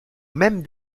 même